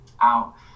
out